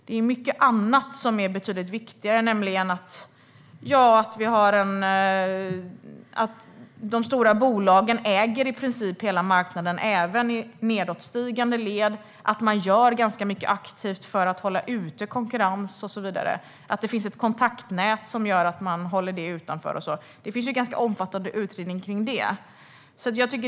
Det är mycket annat som är betydligt viktigare, till exempel att de stora bolagen i princip äger hela marknaden, även i nedåtstigande led, och att man genom ett aktivt kontaktnät gör ganska mycket aktivt för att stänga ute konkurrens. Det finns ganska omfattande utredningar om det.